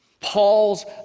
Paul's